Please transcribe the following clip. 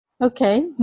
okay